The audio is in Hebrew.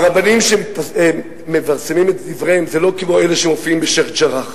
הרבנים שמפרסמים את דבריהם זה לא כמו אלה שמופיעים בשיח'-ג'ראח.